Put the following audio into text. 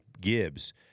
Gibbs